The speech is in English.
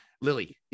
Lily